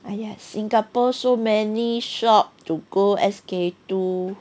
!aiya! singapore so many shop to go S_K two